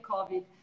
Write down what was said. Covid